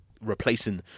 replacing